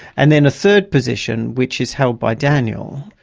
and then a third position, which is held by daniel,